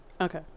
Okay